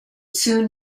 soon